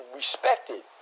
respected